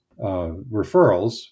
referrals